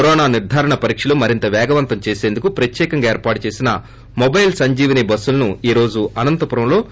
corona నిర్హారణ పరీక్షలు మరింత వేగవంతం చేసేందుకు ప్రత్యేకంగా ఏర్పాటు చేసిన మొబైల్ సంజీవిని బస్సులను ఈ రోజు అనంతపురంలో కేంద్రంలోని ఎస్